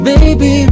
Baby